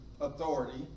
authority